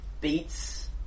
beats